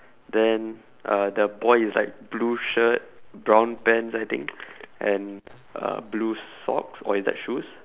then uh the boy is like blue shirt brown pants I think and uh blue socks or is that shoes